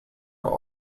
are